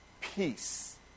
peace